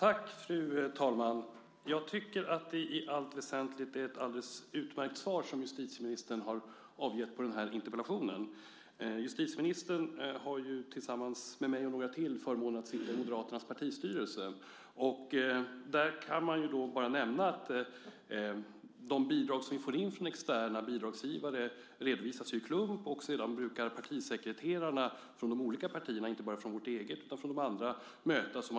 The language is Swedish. Fru talman! Jag tycker att det i allt väsentligt är ett alldeles utmärkt svar som justitieministern har avgett på interpellationen. Justitieministern har tillsammans med mig och några till förmånen att sitta i Moderaternas partistyrelse. Det kan nämnas att de bidrag som vi får in från externa bidragsgivare redovisas i klump. Sedan brukar partisekreterarna från de olika partierna, alltså inte bara från vårt utan också från de andra partierna, mötas.